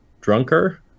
drunker